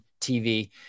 tv